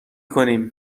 کنیم